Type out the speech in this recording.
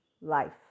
life